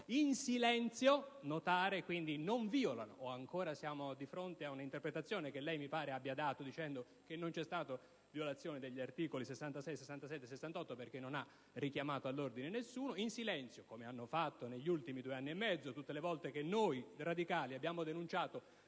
in silenzio, quindi senza violazione (o ancora siamo di fronte ad una interpretazione che lei, Presidente, mi pare, abbia dato, dicendo che non vi è stata violazione degli articoli 66, 67 e 68, perché non ha richiamato all'ordine nessuno), come hanno fatto negli ultimi due anni e mezzo tutte le volte che noi, radicali, abbiamo denunciato